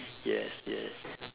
yes yes